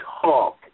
talk